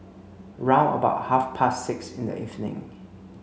round about half past six in the evening